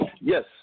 Yes